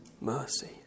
mercy